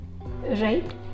Right